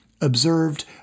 observed